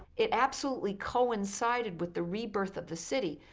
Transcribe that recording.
it absolutely coincided with the rebirth of the city.